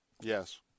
Yes